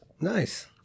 Nice